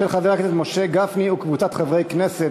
של חבר הכנסת משה גפני וקבוצת חברי הכנסת,